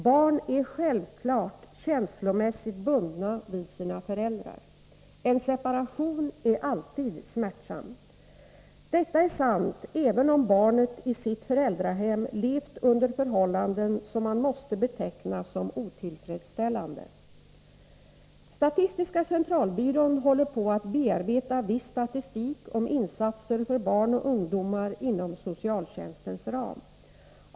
Barn är självfallet känslomässigt bundna vid sina föräldrar. En separation är alltid smärtsam. Detta är sant även om barnet i sitt föräldrahem levt under förhållanden som man måste beteckna som otillfredsställande. Statistiska centralbyrån håller på att bearbeta viss statistik om insatser för barn och ungdomar inom socialtjänstens ram.